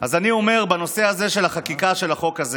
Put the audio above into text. אז אני אומר, בנושא של החקיקה של החוק הזה